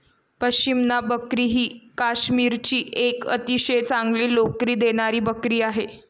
पश्मिना बकरी ही काश्मीरची एक अतिशय चांगली लोकरी देणारी बकरी आहे